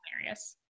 hilarious